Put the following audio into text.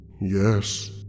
Yes